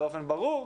באופן ברור,